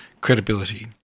credibility